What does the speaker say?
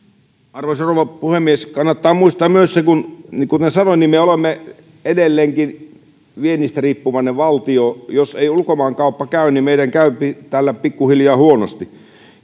arvoisa rouva puhemies kannattaa muistaa myös se niin kuin jo sanoin että me olemme edelleenkin viennistä riippuvainen valtio jos ei ulkomaankauppa käy niin meidän käypi täällä pikkuhiljaa huonosti